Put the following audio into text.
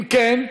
אם כן,